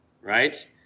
right